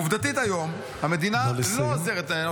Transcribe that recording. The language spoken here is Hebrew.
עובדתית, היום המדינה לא עוזרת -- נא לסיים.